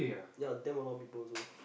ya damn a lot of people also